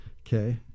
Okay